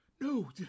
No